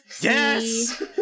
Yes